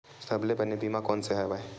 सबले बने बीमा कोन से हवय?